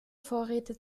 vorräte